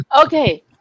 Okay